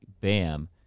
Bam